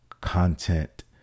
content